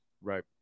Right